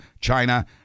China